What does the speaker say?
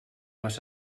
les